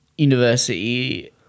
university